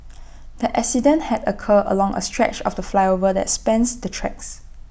the accident had occurred along A stretch of the flyover that spans the tracks